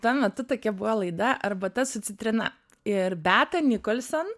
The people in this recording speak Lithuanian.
tuo metu tokia buvo laida arbata su citrina ir beata nikolson